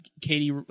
Katie